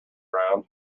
round